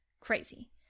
Crazy